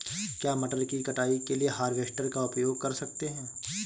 क्या मटर की कटाई के लिए हार्वेस्टर का उपयोग कर सकते हैं?